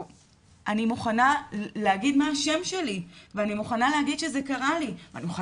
אני מוכנה להגיד מה השם שלי ואני מוכנה להגיד שזה קרה לי ואני מוכנה